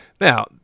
Now